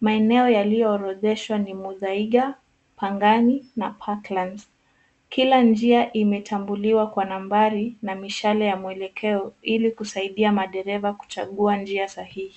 Maeneo yaliyoorodheshwa ni Muthaiga, Pangani na Parklands. Kila njia imetambuliwa kwa nambari na mishale ya mwelekeo ili kusaidia madereva kuchagua njia sahihi.